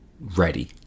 ready